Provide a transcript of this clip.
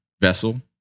vessel